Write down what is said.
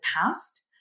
past